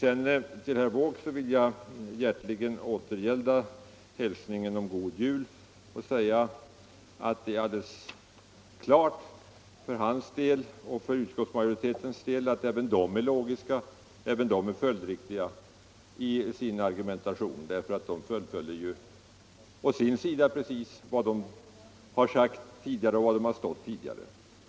Jag vill hjärtligen återgälda herr Wåågs hälsning om god jul och säga att även herr Wååg och de övriga i utskottsmajoriteten är logiska och följdriktiga i sit argumentation. De fullföljer å sin sida vad de sagt och skrivit tidigare.